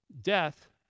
Death